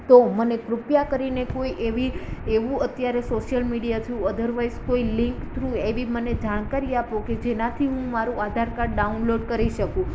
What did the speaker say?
તો મને કૃપયા કરીને કોઈ એવી એવું અત્યારે સોશિયલ મીડિયા થ્રુ અધરવાઇઝ કોઈ લિન્ક થ્રુ એવી મને જાણકારી આપો કે જેનાથી હું મારું આધાર કાર્ડ ડાઉનલોડ કરી શકું